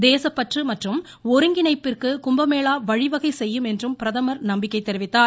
தேசப்பற்று மற்றும் ஒருங்கிணைப்பிற்கு கும்ப மேளா வழிவகை செய்யும் என்றும் பிரதமர் நம்பிக்கை தெரிவித்தார்